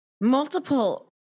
Multiple